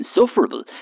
insufferable